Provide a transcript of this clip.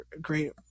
great